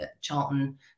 Charlton